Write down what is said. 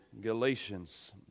Galatians